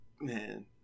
Man